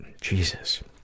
Jesus